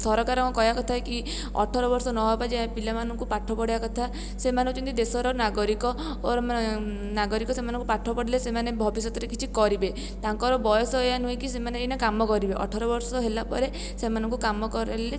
ସରକାରଙ୍କ କହିବା କଥା କି ଅଠର ବର୍ଷ ନ ହବାଯାଏ ପିଲାମାନଙ୍କୁ ପାଠ ପଢ଼ାଇବା କଥା ସେମାନେ ହେଉଛନ୍ତି ଦେଶର ନାଗରିକ ଓର୍ ମାନେ ନାଗରିକ ସେମାନଙ୍କୁ ପାଠ ପଢ଼ାଇଲେ ସେମାନେ ଭବିଷ୍ୟତରେ କିଛି କରିବେ ତାଙ୍କର ବୟସ ଏଇୟା ନୁହେଁ କି ସେମାନେ ଏଇନା କାମ କରିବେ ଅଠର ବର୍ଷ ହେଲା ପରେ ସେମାନଙ୍କୁ କାମ କରାଇଲେ